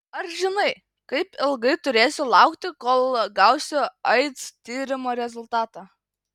ar žinai kaip ilgai turėsiu laukti kol gausiu aids tyrimo rezultatą